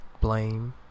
blame